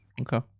Okay